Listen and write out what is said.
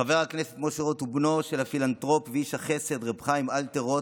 חבר הכנסת משה רוט הוא בנו של הפילנתרופ ואיש החסד הרב חיים אלתר רוט,